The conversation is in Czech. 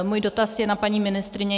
Můj dotaz je na paní ministryni.